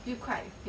oh ya